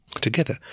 Together